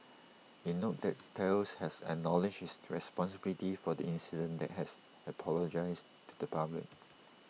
IT noted that Thales has acknowledged its responsibility for the incident and has apologised to the public